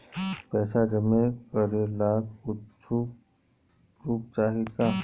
पैसा जमा करे ला कुछु पूर्फ चाहि का?